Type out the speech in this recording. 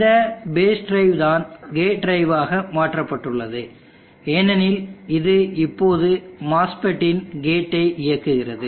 இந்த base drive தான் gate டிரைவாக மாற்றப்பட்டுள்ளது ஏனெனில் இது இப்போது MOSFET இன் கேட்டை இயக்குகிறது